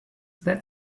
that